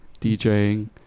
DJing